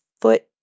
foot